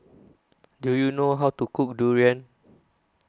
Do YOU know How to Cook Durian